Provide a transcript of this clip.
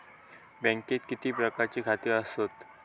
बँकेत किती प्रकारची खाती आसतात?